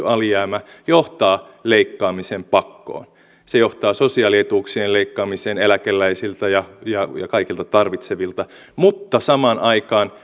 alijäämä johtaa leikkaamisen pakkoon se johtaa sosiaalietuuksien leikkaamiseen eläkeläisiltä ja ja kaikilta tarvitsevilta mutta samaan aikaan